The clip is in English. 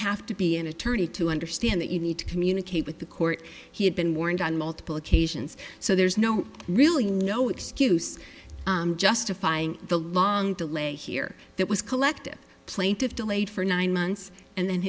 have to be an attorney to understand that you need to communicate with the court he had been warned on multiple occasions so there's no really no excuse justifying the long delay here that was collective plaintive delayed for nine months and then